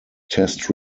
test